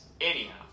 anyhow